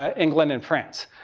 ah england and france.